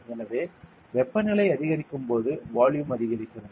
எனவே வெப்பநிலை அதிகரிக்கும் போது வால்யூம் அதிகரிக்கிறது